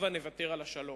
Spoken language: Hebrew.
הבה נוותר על השלום".